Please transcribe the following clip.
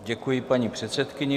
Děkuji paní předsedkyni.